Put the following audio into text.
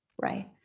right